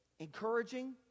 Encouraging